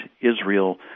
Israel